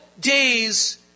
days